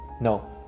no